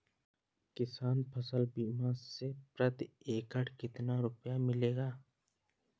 किसान फसल बीमा से प्रति एकड़ कितना रुपया मिलेगा?